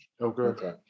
Okay